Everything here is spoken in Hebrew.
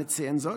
אנא ציין זאת.